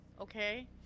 Okay